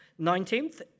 19th